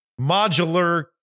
modular